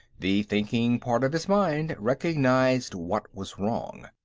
the thinking part of his mind recognized what was wrong.